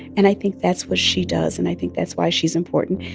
and i think that's what she does, and i think that's why she's important.